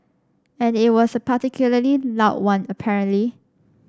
and it was a particularly loud one apparently